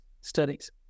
studies